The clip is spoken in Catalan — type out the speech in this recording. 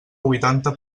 huitanta